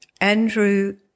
Andrew